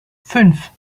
fünf